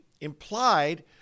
implied